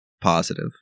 positive